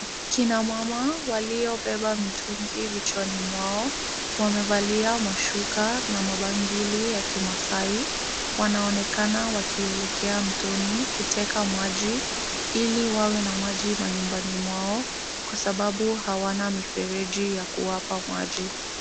Kina mama waliobeba mitungi vichwani mwao, wamevalia mashuka na mabangili ya kimasai, wanaonekana wakielekea mtoni kuteka maji ili wawe na maji manyumbani mwao, kwa sababu hawana mifereji ya kuwapa maji.